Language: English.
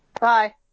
Bye